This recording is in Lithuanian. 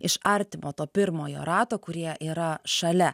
iš artimo to pirmojo rato kurie yra šalia